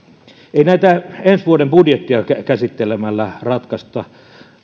ei näitä ensi vuoden budjettia käsittelemällä ratkaista